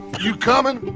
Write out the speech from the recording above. you coming?